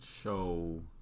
show